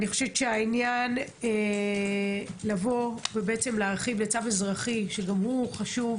העניין לבוא ולהרחיב בצו אזרחי חשוב